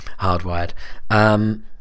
Hardwired